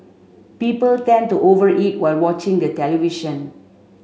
people tend to over eat while watching the television